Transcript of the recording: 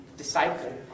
disciple